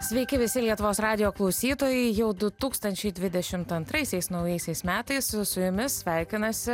sveiki visi lietuvos radijo klausytojai jau du tūkstančiai dvidešimt antraisiais naujaisiais metais su jumis sveikinasi